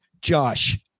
Josh